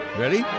ready